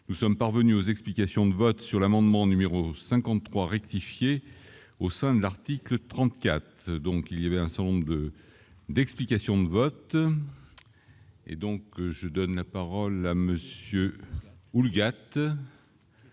nous sommes parvenus aux explications de vote sur l'amendement numéro 53 rectifier au sein de l'article 34, donc il y avait un certain nombre de d'explications de vote et donc je donne la parole à monsieur Houlgate. Merci